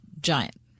giant